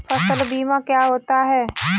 फसल बीमा क्या होता है?